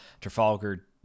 trafalgar